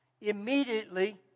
Immediately